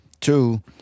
Two